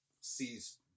sees